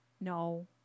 No